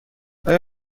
آیا